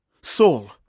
Saul